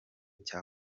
cya